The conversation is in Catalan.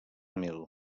mill